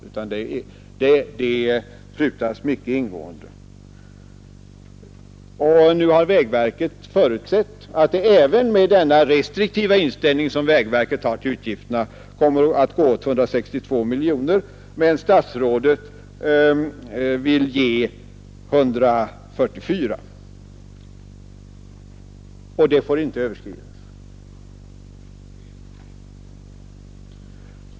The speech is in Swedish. Även med den restriktiva inställning som vägverket har till utgifterna har verket förutsett att det kommer att gå åt 162 miljoner kronor, men statsrådet vill ge 144 miljoner kronor, och det beloppet får inte överskridas.